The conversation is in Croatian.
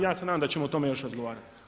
Ja se nadam da ćemo o tome još razgovarati.